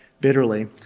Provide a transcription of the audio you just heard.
bitterly